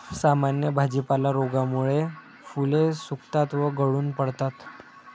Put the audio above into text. सामान्य भाजीपाला रोगामुळे फुले सुकतात व गळून पडतात